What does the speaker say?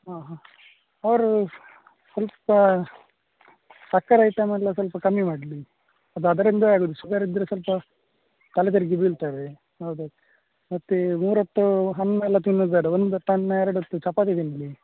ಹಾಂ ಹಾಂ ಅವರು ಸ್ವಲ್ಪ ಸಕ್ಕರೆ ಐಟಮ್ ಎಲ್ಲ ಸ್ವಲ್ಪ ಕಮ್ಮಿ ಮಾಡಲಿ ಅದು ಅದರಿಂದ ಆಗೋದು ಶುಗರ್ ಇದ್ದರೆ ಸ್ವಲ್ಪ ತಲೆ ತಿರುಗಿ ಬೀಳ್ತೇವೆ ಹೌದು ಮತ್ತೆ ಮೂರು ಹೊತ್ತು ಹಣ್ಣು ಎಲ್ಲ ತಿನ್ನುದು ಬೇಡ ಒಂದು ಹೊತ್ತು ಅನ್ನ ಎರಡು ಹೊತ್ತು ಚಪಾತಿ ತಿನ್ನಲಿ